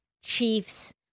Chiefs